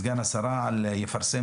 סגן השרה אמר שמינהל הבטיחות יפרסם